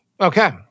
okay